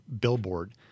billboard